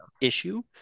issue